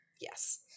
Yes